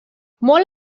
molt